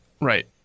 Right